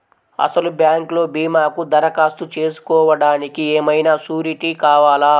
అసలు బ్యాంక్లో భీమాకు దరఖాస్తు చేసుకోవడానికి ఏమయినా సూరీటీ కావాలా?